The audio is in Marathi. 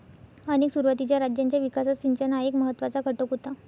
अनेक सुरुवातीच्या राज्यांच्या विकासात सिंचन हा एक महत्त्वाचा घटक होता